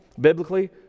biblically